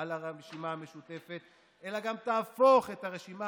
על הרשימה המשותפת אלא גם תהפוך את הרשימה